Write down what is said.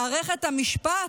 מערכת המשפט.